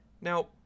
Now